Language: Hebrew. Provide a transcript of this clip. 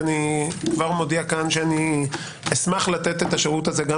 ואני כבר מודיע כאן שאשמח לתת את השירות הזה גם